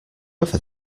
ever